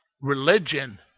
religion